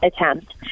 attempt